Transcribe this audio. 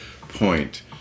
point